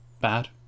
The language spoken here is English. bad